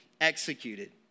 executed